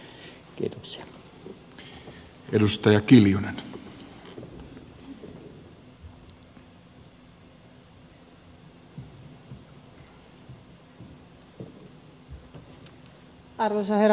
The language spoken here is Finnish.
arvoisa herra puhemies